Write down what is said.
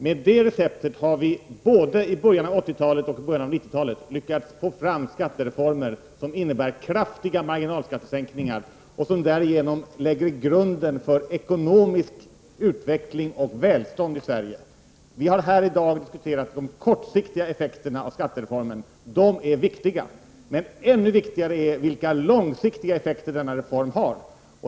Med det receptet har vi både i början av 1980-talet och i början av 1990-talet lyckats få fram skattereformer som innebär kraftiga marginalskattesänkningar och som därigenom lägger grunden för ekonomisk utveckling och välstånd i Sverige. Vi har här i dag diskuterat de kortsiktiga effekterna av skattereformen. De är viktiga. Men ännu viktigare är de långsiktiga effekter som denna reform har.